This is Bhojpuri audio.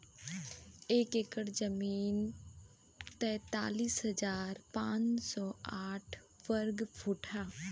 एक एकड़ जमीन तैंतालीस हजार पांच सौ साठ वर्ग फुट ह